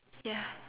ya